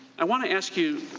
i want to ask you,